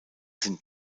sind